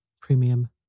Premium